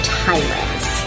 tyrants